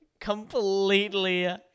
Completely